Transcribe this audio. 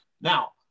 Now